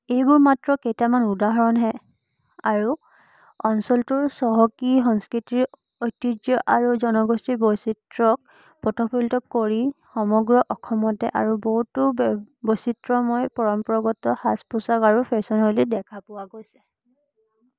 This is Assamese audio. এইবোৰ মাত্ৰ কেইটামান উদাহৰণহে আৰু অঞ্চলটোৰ চহকী সংস্কৃতিৰ ঐতিহ্য আৰু জনগোষ্ঠীৰ বৈচিত্ৰক প্ৰতিফলিত কৰি সমগ্ৰ অসমতে আৰু বহুতো বে বৈচিত্ৰময় পৰম্পৰাগত সাজ পোছাক আৰু ফেশ্বন আদি দেখা পোৱা গৈছে